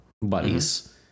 buddies